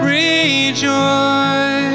rejoice